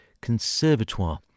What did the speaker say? Conservatoire